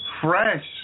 fresh